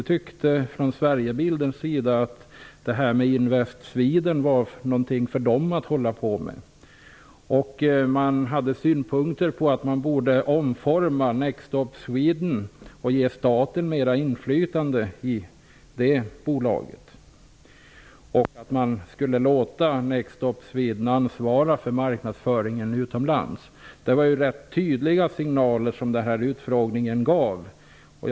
Styrelsen tycker kanske inte att projektet Invest in Sweden är något som den skall ägna sig åt. Det framfördes synpunkter om att Next Stop Sweden borde omformas, att staten borde ges mera inflytande i detta bolag och att det borde få ansvara för marknadsföringen utomlands. Signalerna från denna utfrågning var rätt tydliga.